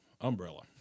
umbrella